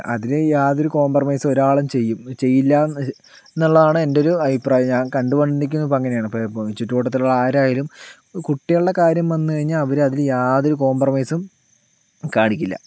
അതിലൽ യാതൊരു കോംപ്രമൈസ് ഒരാളാരും ചെയ്യും ചെയ്യില്ലായെന്നുള്ളതാണ് എന്റെയൊരു അഭിപ്രായം ഞാൻ കണ്ടു വന്നിരിക്കുന്നത് ഇപ്പോൾ അങ്ങനെയാണ് ചുറ്റുവട്ടത്തുള്ള ആരായാലും കുട്ടികളുടെ കാര്യം വന്നു കഴിഞ്ഞാൽ അവര് അതില് യാതൊരു കോംപ്രമൈസും കാണിക്കില്ല